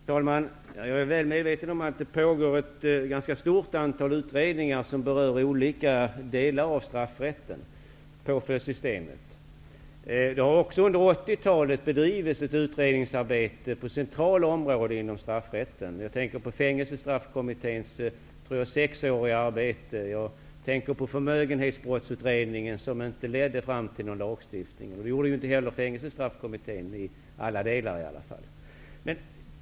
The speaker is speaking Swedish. Fru talman! Jag är väl medveten om att ett ganska stort antal utredningar pågår, som berör olika delar av straffrätten -- påföljdssystemet. Under 1980-talet har det också bedrivits ett utredningsarbete på centrala områden inom straffrätten. Jag tänker på Fängelsestraffkommitténs cirka sexåriga arbete, och jag tänker på Förmögenhetsbrottsutredningen, som inte ledde fram till någon lagstiftning. Det gjorde ju inte Fängelsestraffkommitténs utredning i alla delar heller.